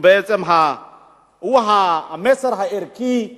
היא המסר הערכי,